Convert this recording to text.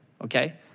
okay